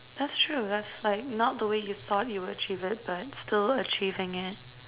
that's true that's like not the way you thought you would achieve it but still achieving it